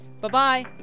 Bye-bye